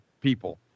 people